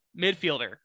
midfielder